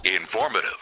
Informative